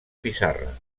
pissarra